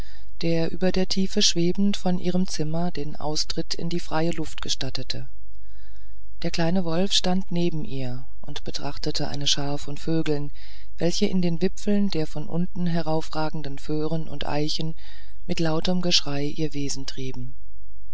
der über der tiefe schwebend von ihrem zimmer den austritt in die freie luft gestattete der kleine wolf stand neben ihr und betrachtete eine schar von vögeln welche in den wipfeln der von unten heraufragenden föhren und eichen mit lautem geschrei ihr wesen trieben